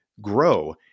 grow